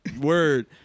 word